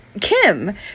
Kim